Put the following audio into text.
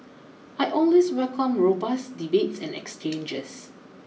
I always welcome robust debates and exchanges